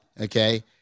Okay